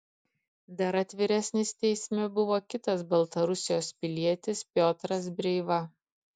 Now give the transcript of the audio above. dar atviresnis teisme buvo kitas baltarusijos pilietis piotras breiva